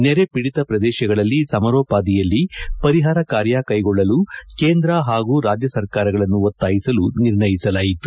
ನೆರೆ ಪೀಡಿತ ಪ್ರದೇಶಗಳಲ್ಲಿ ಸಮರೋಪಾದಿಯಲ್ಲಿ ಪರಿಹಾರ ಕಾರ್ಯ ಕೈಗೊಳ್ಳಲು ಕೇಂದ್ರ ಹಾಗೂ ರಾಜ್ಯ ಸರ್ಕಾರಗಳನ್ನು ಒತ್ತಾಯಿಸಲು ನಿರ್ಣಯಿಸಲಾಯಿತು